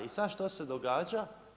I sad što se događa?